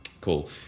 cool